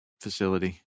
facility